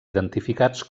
identificats